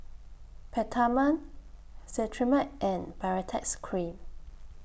Peptamen Cetrimide and Baritex Cream